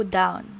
down